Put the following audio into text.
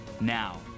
Now